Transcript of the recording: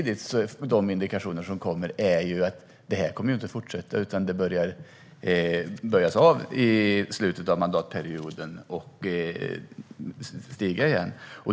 De indikationer som kommer är samtidigt att detta inte kommer att fortsätta, utan arbetslösheten börjar stiga igen i slutet av mandatperioden.